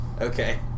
Okay